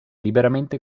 liberamente